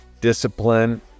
discipline